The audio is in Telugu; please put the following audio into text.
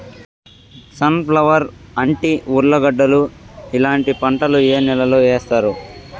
సన్ ఫ్లవర్, అంటి, ఉర్లగడ్డలు ఇలాంటి పంటలు ఏ నెలలో వేస్తారు?